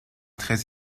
très